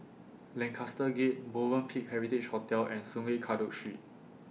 Lancaster Gate Movenpick Heritage Hotel and Sungei Kadut Street